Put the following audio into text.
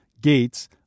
Gates